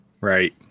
Right